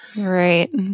Right